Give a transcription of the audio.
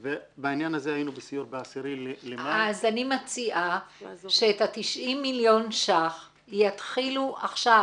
אז אני מציעה שאת ה-90 מיליון שקלים יתחילו עכשיו